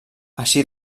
així